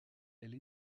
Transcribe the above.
elle